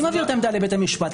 אני מעביר את העמדה לבית המשפט.